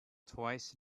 twice